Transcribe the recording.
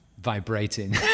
vibrating